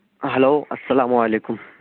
hello السلام علیکم